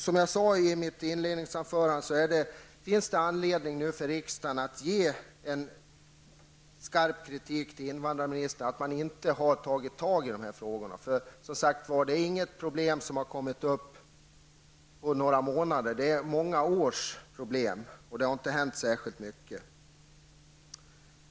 Som jag sade i mitt inledningsanförande finns det anledning för riksdagen att rikta en skarp kritik mot invandrarministern för att man inte har tagit tag i dessa frågor. Det är inga problem som har kommit upp på någon månad, utan de har uppstått under många år. Särskilt mycket har inte hänt.